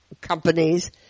companies